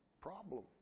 problem